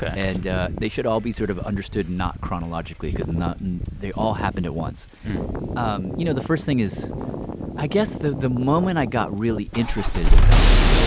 and they should all be sort of understood not chronologically because they all happened at once um you know, the first thing is i guess the the moment i got really interested in dolly